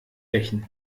rächen